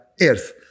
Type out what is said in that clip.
earth